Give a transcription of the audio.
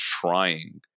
trying